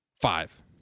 Five